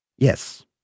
Yes